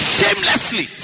Shamelessly